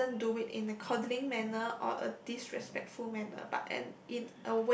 he doesn't do it in a coddling manner or a disrespectful manner but and in